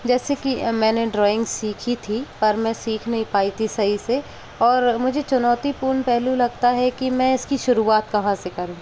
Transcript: जैसे कि मैंने ड्रॉइंग सीखी थी पर मैं सीख नहीं पाई थी सही से और मुझे चुनौतीपूर्ण पहलू लगता है कि मैं इसकी शुरुआत कहाँ से करूँ